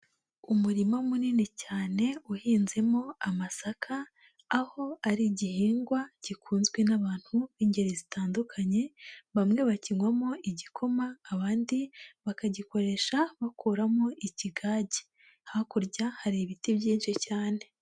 Umurima munini cyane uhinzemo amasaka, aho ari igihingwa gikunzwe n'abantu b'ingeri zitandukanye, bamwe bakinywamo igikoma abandi bakagikoresha bakuramo ikigage, hakurya hari ibiti byinshi cyane.